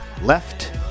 Left